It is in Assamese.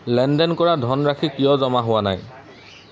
লেনদেন কৰা ধনৰাশি কিয় জমা হোৱা নাই